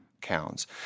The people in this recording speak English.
counts